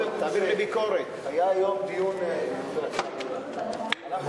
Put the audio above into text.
מכיוון שהיה היום דיון לא ממוצה,